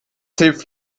hilft